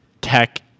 Tech